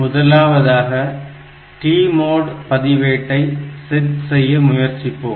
முதலாவதாக TMOD பதிவேட்டை set செய்ய முயற்சிப்போம்